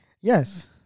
Yes